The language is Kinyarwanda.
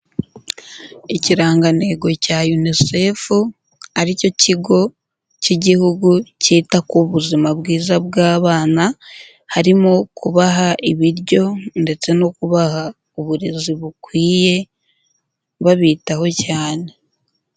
Ikirangantego cya UNICEF aricyo kigo cy'igihugu cyita ku buzima bwiza bw'abana harimo kubaha ibiryo ndetse no kubaha uburezi bukwiye babitaho cyane.